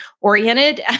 oriented